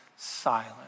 Silent